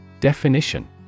Definition